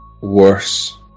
worse